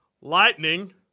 Lightning